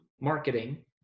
marketing